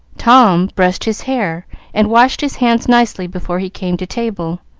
tom brushed his hair and washed his hands nicely before he came to table.